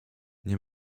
nie